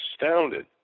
astounded